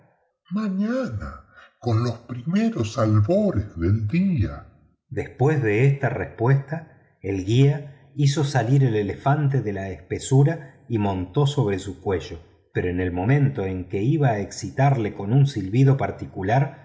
mañana con los primeros albores del día después de esta respuesta el guía hizo salir al elefante de la espesura y montó sobre su cuello pero en el momento en que iba a excitarlo con un silbido particular